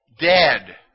Dead